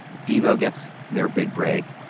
devo gets their big break.